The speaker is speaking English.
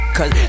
Cause